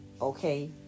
Okay